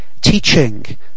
teaching